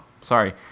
sorry